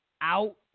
out